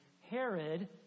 Herod